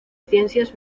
ciencias